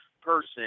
person